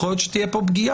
יכול להיות שתהיה פה פגיעה,